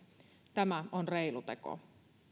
tämä on reilu teko